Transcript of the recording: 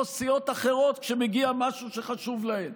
סיעות אחרות כשמגיע משהו שחשוב להן.